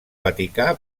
vaticà